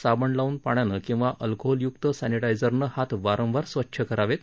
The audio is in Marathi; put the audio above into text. साबण लावून पाण्यानं किंवा अल्कोहोलय्क्त समिटाइझरनं हात वारंवार स्वच्छ करावे